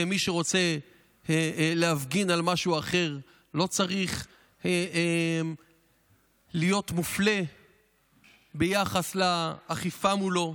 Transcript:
מי שרוצה להפגין על משהו אחר לא צריך להיות מופלה ביחס לאכיפה מולו.